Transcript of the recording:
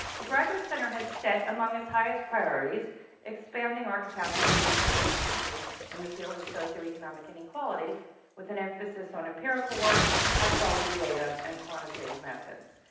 the graduate center has set among its highest prioritizes expanding our capacity in research and teaching in the field of socioeconomic and equality with an emphasis on empirical work, high quality data and quantitative methods.